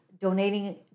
donating